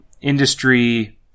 industry